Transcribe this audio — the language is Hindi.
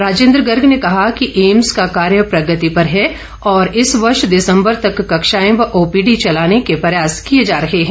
राजेन्द्र गर्ग ने कहा कि एम्स का कार्य प्रगति पर है और इस वर्ष दिसम्बर तक कक्षाएं व ओपीडी चलाने के प्रयास किए जा रहे हैं